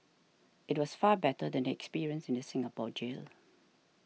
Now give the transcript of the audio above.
it was far better than the experience in the Singapore jail